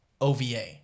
OVA